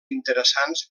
interessants